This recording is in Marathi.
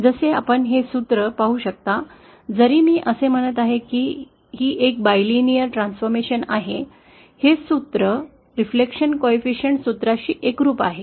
जसे आपण हे सूत्र पाहू शकता जरी मी असे म्हणत आहे की ही एक बायलिनर परिवर्तन आहे हे सूत्र परावर्तन गुणांक सूत्राशी एकरूप आहे